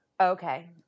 Okay